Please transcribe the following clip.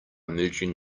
merging